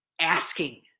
asking